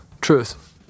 truth